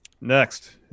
Next